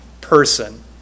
person